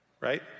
right